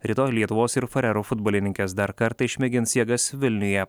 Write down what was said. rytoj lietuvos ir farerų futbolininkės dar kartą išmėgins jėgas vilniuje